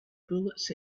bullets